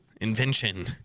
Invention